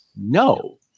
No